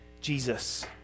Jesus